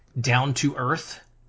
down-to-earth